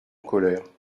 colère